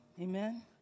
Amen